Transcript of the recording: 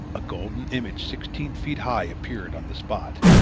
a golden image sixteen feet high appeared on the spot.